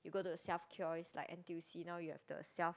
you go to self kiosk like n_t_u_c now you have the self